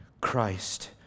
Christ